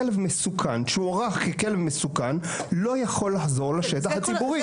כלב מסוכן שיוערך ככלב מסוכן לא יכול לחזור לשטח הציבורי.